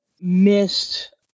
missed